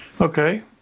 Okay